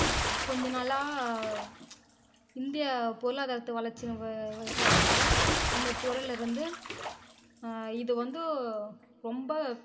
கொஞ்சம் நாளாக இந்திய பொருளாதாரத்து வளர்ச்சி இதனால் அந்த துறையில் இருந்து இது வந்து ரொம்ப